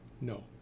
no